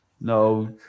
No